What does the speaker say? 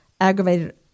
aggravated